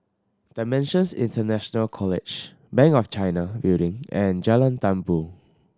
Dimensions International College Bank of China Building and Jalan Tambur